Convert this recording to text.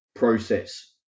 process